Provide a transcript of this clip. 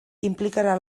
implicarà